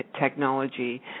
technology